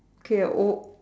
okay oh